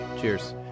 Cheers